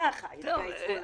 ככה התגייסו.